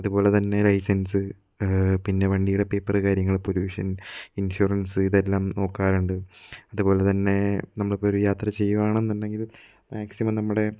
അതുപോല തന്നെ ലൈസൻസ് പിന്നെ വണ്ടിയുടെ പേപ്പർ കാര്യങ്ങൾ പൊലൂഷൻ ഇൻഷൂറൻസ് ഇതെല്ലാം നോക്കാറുണ്ട് അതുപോല തന്നെ നമളിപ്പം ഒരു യാത്ര ചെയ്യു ആണെന്നുണ്ടെങ്കില് മാക്സിമം നമ്മുടെ